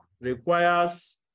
requires